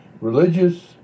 religious